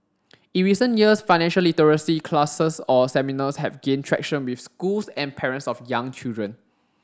in recent years financial literacy classes or seminars have gained traction with schools and parents of young children